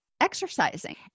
exercising